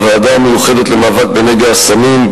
בוועדה המיוחדת למאבק בנגע הסמים,